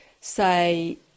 say